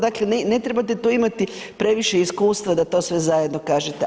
Dakle ne trebate tu imati previše iskustva da to sve zajedno kažete.